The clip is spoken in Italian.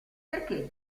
perché